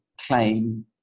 claim